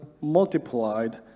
multiplied